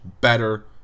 better